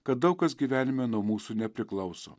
kad daug kas gyvenime nuo mūsų nepriklauso